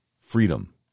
freedom